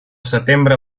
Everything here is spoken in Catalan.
setembre